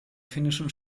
finnischen